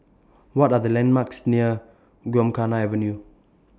What Are The landmarks near Gymkhana Avenue